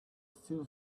still